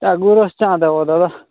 ଗୋରସ୍ ଚା' ଦେବ ଦାଦା